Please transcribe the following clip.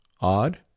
Odd